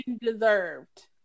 deserved